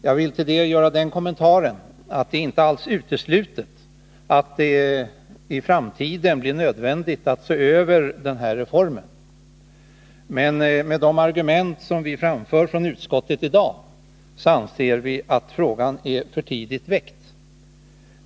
Jag vill till det göra den kommentaren att det inte alls är uteslutet att det i framtiden blir nödvändigt att se över den här reformen, men med de argument som vi framför från utskottet i dag anser vi att frågan är för tidigt väckt.